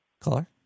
color